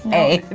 a.